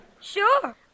Sure